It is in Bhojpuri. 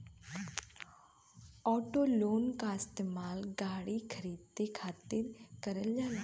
ऑटो लोन क इस्तेमाल गाड़ी खरीदे खातिर करल जाला